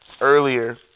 Earlier